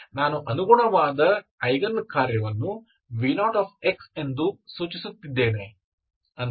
ಆದ್ದರಿಂದ ನಾನು ಅನುಗುಣವಾದ ಐಗನ್ ಕಾರ್ಯವನ್ನು v0 ಎಂದು ಸೂಚಿಸುತ್ತಿದ್ದೇನೆ